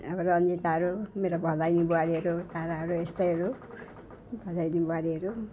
त्यहाँबाट निताहरू मेरो भदैनी बुहारीहरू ताराहरू यस्तैहरू भदैनी बुहारीहरू